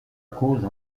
cause